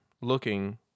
looking